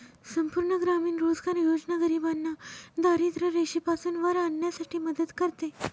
संपूर्ण ग्रामीण रोजगार योजना गरिबांना दारिद्ररेषेपासून वर आणण्यासाठी मदत करते